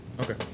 Okay